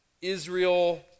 Israel